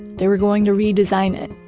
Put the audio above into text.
they were going to redesign it,